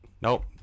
Nope